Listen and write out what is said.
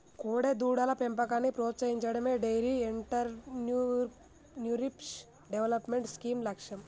కోడెదూడల పెంపకాన్ని ప్రోత్సహించడమే డెయిరీ ఎంటర్ప్రెన్యూర్షిప్ డెవలప్మెంట్ స్కీమ్ లక్ష్యం